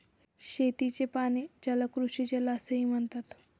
शेतीचे पाणी, ज्याला कृषीजल असेही म्हणतात